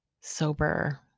sober